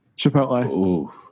Chipotle